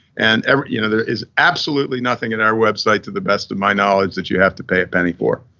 and ah you know there is absolutely nothing at our website to the best of my knowledge that you have to pay a penny for.